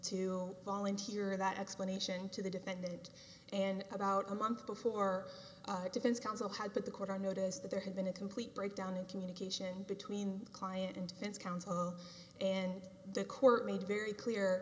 to volunteer that explanation to the defendant and about a month before defense counsel had put the court on notice that there had been a complete breakdown in communication between client and since counsel and the court made very clear